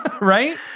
Right